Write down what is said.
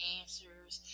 answers